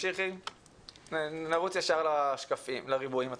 נרוץ לריבועים עצמם,